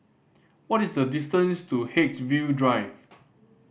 what is the distance to Haigsville Drive